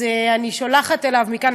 אני שולחת לו מכאן,